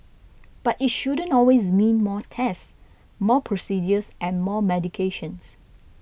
but it shouldn't always mean more tests more procedures and more medications